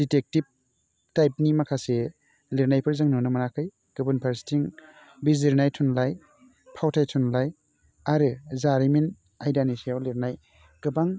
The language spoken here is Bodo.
दिटेकटिप टाइपनि माखासे लिरनायखौ जों नुनो मोनोखै गुबुन फारसेथिं बिजिरनाय थुनलाइ फावथाय थुनलाइ आरो जारिमिन आयदानि सायाव लिरनाय गोबां